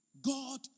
God